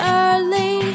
early